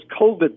COVID